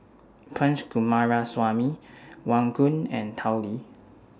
Punch Coomaraswamy Wong Koon and Tao Li